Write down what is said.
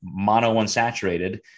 monounsaturated